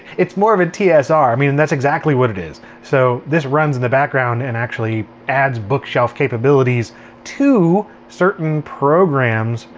it's more of a tsr. i mean and that's exactly what it is. so this runs in the background and actually adds bookshelf capabilities to certain programs.